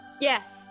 Yes